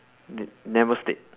n~ never state